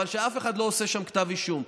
שאף אחד לא עושה שם כתב אישום.